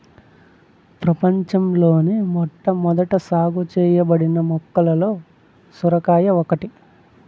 ప్రపంచంలోని మొట్టమొదట సాగు చేయబడిన మొక్కలలో సొరకాయ ఒకటి